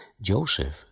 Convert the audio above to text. Joseph